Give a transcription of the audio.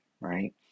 right